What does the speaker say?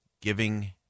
Giving